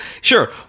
Sure